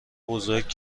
بزرگتر